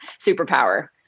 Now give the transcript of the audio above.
superpower